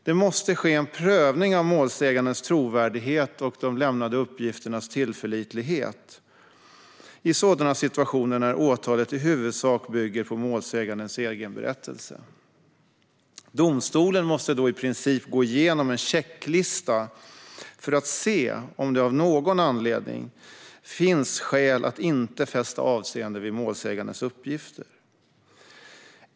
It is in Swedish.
Det måste ske en prövning av målsägandens trovärdighet och de lämnade uppgifternas tillförlitlighet i sådana situationer när åtalet i huvudsak bygger på målsägandens egen berättelse. Domstolen måste då i princip gå igenom en checklista för att se om det av någon anledning finns skäl att inte fästa avseende vid målsägandens uppgifter.